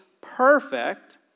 perfect